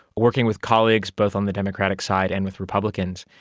working with colleagues both on the democratic side and with republicans.